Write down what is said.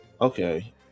Okay